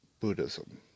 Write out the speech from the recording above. Buddhism